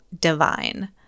divine